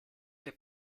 che